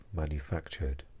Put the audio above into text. manufactured